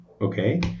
okay